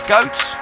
Goats